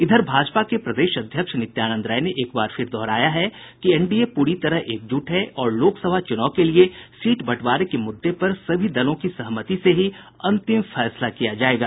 इधर भाजपा के प्रदेश अध्यक्ष नित्यानंद राय ने एक बार फिर दोहराया है कि एनडीए पूरी तरह एकजूट है और लोकसभा चूनाव के लिए सीट बंटवारे के मुददे पर सभी दलों की सहमति से ही अंतिम फैसला किया जायेगा